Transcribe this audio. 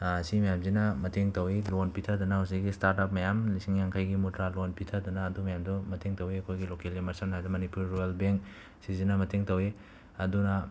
ꯁꯤ ꯃꯌꯥꯝꯁꯤꯅ ꯃꯇꯦꯡ ꯇꯧꯋꯤ ꯂꯣꯟ ꯄꯤꯊꯗꯅ ꯍꯧꯖꯤꯛ ꯁ꯭ꯇꯥꯔꯠ ꯑꯞ ꯃꯌꯥꯝ ꯂꯤꯁꯤꯡ ꯌꯥꯡꯈꯩꯒꯤ ꯃꯨꯗ꯭ꯔꯥ ꯂꯣꯟ ꯄꯤꯊꯗꯅ ꯑꯗꯨ ꯃꯌꯥꯝꯗꯨ ꯃꯇꯦꯡ ꯇꯧꯋꯤ ꯑꯩꯈꯣꯏꯒꯤ ꯂꯣꯀꯦꯜ ꯁꯝꯅ ꯍꯥꯏꯔꯕꯗ ꯃꯅꯤꯄꯨꯔ ꯔꯨꯔꯦꯜ ꯕꯦꯡ ꯁꯤꯁꯤꯅ ꯃꯇꯦꯡ ꯇꯧꯋꯤ ꯑꯗꯨꯅ